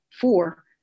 four